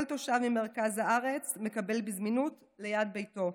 תושב במרכז הארץ מקבל בזמינות ליד ביתו.